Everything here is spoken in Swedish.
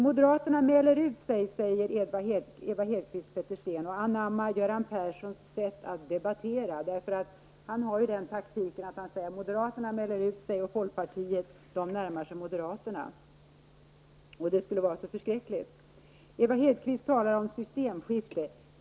Moderaterna mäler ut sig, säger Eva Hedkvist Petersen och anammar Göran Persson sätt att debattera. Han har ju den debattekniken att han säger att moderaterna mäler ut sig och att folkpartiet närmar sig moderaterna, vilket skulle vara så förskräkligt. Eva Hedkvist Petersen talar om systemskifte.